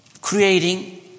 creating